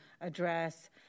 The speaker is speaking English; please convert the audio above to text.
address